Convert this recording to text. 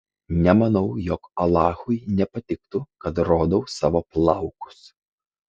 nemanau jog alachui nepatiktų kad rodau savo plaukus